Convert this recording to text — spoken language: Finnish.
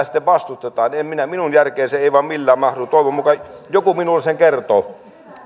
sitten vastustetaan minun järkeen se ei vain millään mahdu toivon mukaan joku minulle sen kertoo